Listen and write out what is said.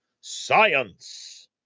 science